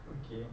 okay